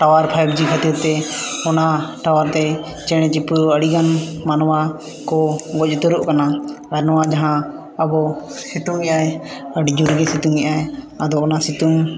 tower five G ᱠᱷᱟᱛᱤᱨ ᱛᱮ ᱚᱱᱟ ᱴᱟᱣᱟᱨ ᱛᱮ ᱪᱮᱬᱮ ᱪᱤᱯᱲᱩ ᱟᱹᱰᱤᱜᱟᱱ ᱢᱟᱱᱣᱟ ᱠᱚ ᱜᱚᱡ ᱩᱛᱟᱹᱨᱚᱜ ᱠᱟᱱᱟ ᱟᱨ ᱱᱚᱣᱟ ᱡᱟᱦᱟᱸ ᱟᱵᱚ ᱥᱤᱛᱩᱝᱮᱜ ᱟᱭ ᱟᱹᱰᱤᱡᱳᱨᱜᱮ ᱥᱤᱛᱩᱝᱮᱜ ᱟᱭ ᱟᱫᱚ ᱚᱱᱟ ᱥᱤᱛᱩᱝ